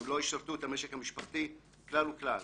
הם לא ישרתו את המשק המשפחתי כלל וכלל.